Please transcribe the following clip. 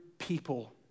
people